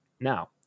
now